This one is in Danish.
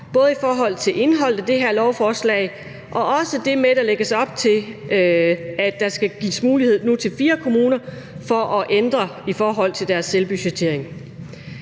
både i forhold til indholdet af det her lovforslag og også det med, at der lægges op til, at der nu skal gives mulighed til 4 kommuner for at ændre i forhold til deres selvbudgettering,